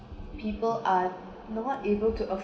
people are not able to